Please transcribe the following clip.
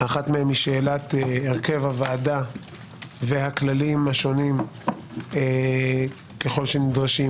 אחת מהן היא שאלת הרכב הוועדה והכללים השונים ככל שנדרשים